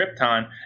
Krypton